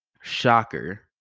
Shocker